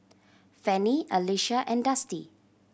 Fanny Alysha and Dusty